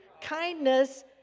kindness